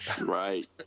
Right